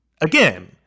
Again